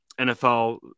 NFL